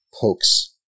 pokes